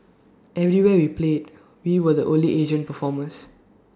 everywhere we played we were the only Asian performers